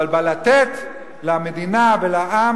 אבל בלתת למדינה ולעם,